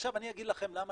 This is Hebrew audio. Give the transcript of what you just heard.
עכשיו אני אגיד לכם למה